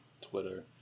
twitter